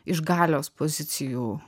iš galios pozicijų